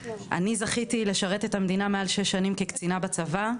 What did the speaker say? אני זכיתי לשרת את המדינה מעל שש שנים כקצינה בצבא,